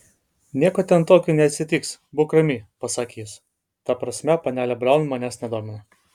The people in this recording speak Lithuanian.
nieko ten tokio neatsitiks būk rami pasakė jis ta prasme panelė braun manęs nedomina